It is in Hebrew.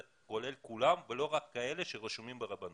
כולל כולם ולא רק כאלה שרשומים ברבנות.